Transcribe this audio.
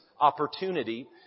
opportunity